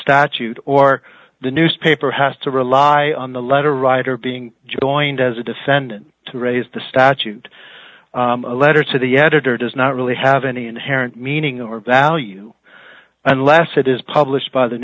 statute or the newspaper has to rely on the letter writer being joined as a defendant to raise the statute a letter to the editor does not really have any inherent meaning or value unless it is published by the